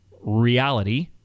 reality